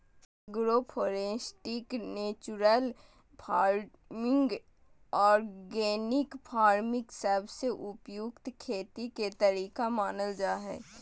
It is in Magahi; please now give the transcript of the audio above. agro foresting, natural farming, organic farming सबसे उपयुक्त खेती के तरीका मानल जा हय